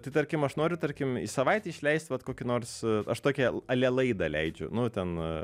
tai tarkim aš noriu tarkim į savaitę išleisti vat kokį nors aš tokią ale laidą leidžiu nu ten